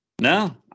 No